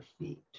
feet